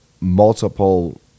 multiple